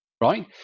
right